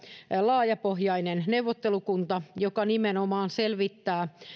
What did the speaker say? laajapohjainen neuvottelukunta joka nimenomaan selvittää